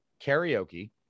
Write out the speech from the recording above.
karaoke